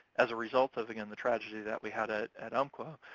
as a result of, again, the tragedy that we had ah at umpqua.